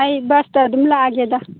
ꯑꯩ ꯕꯁꯇ ꯑꯗꯨꯝ ꯂꯥꯛꯑꯒꯦꯗ